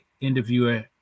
Interviewer